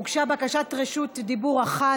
הוגשה בקשת רשות דיבור אחת.